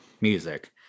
music